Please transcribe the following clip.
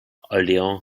olean